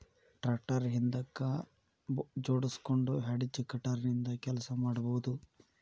tractor ಹಿಂದಕ್ ಜೋಡ್ಸ್ಕೊಂಡು hedge cutter ನಿಂದ ಕೆಲಸ ಮಾಡ್ಬಹುದು